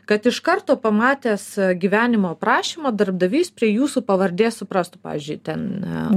kad iš karto pamatęs gyvenimo aprašymą darbdavys prie jūsų pavardės suprastų pavyzdžiui ten